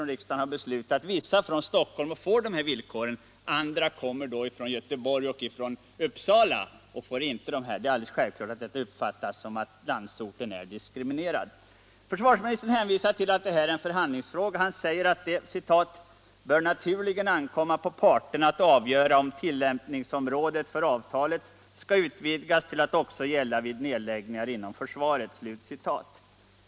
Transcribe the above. En del av dessa skolor utlokaliseras från Stockholm, och personalen där får dessa villkor. Andra skolor kommer från Göteborg och Uppsala, och deras personal får inte dessa villkor. Det är alldeles självklart att detta uppfattas som en diskriminering av landsorten. Försvarsministern hänvisar till att detta är en förhandlingsfråga. Han säger att det ”bör naturligen ankomma på parterna att avgöra om tilllämpningsområdet för avtalet skall utvidgas till att också gälla vid nedläggningar inom försvaret”.